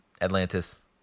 Atlantis